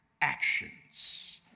actions